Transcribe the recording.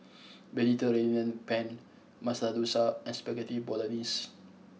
Mediterranean Penne Masala Dosa and Spaghetti Bolognese